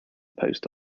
post